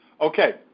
Okay